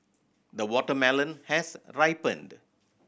the watermelon has ripened